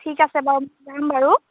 ঠিক আছে বাৰু মই যাম বাৰু